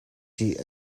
ṭih